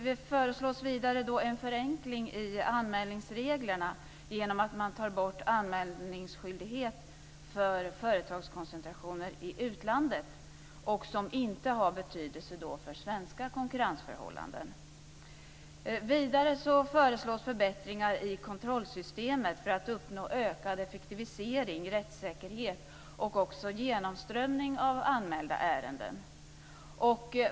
Det föreslås en förenkling i anmälningsreglerna genom att man tar bort anmälningsskyldighet för företagskoncentrationer i utlandet som inte har betydelse för svenska konkurrensförhållanden. Vidare föreslås förbättringar i kontrollsystemet för att uppnå ökad effektivisering, rättssäkerhet och också genomströmning av anmälda ärenden.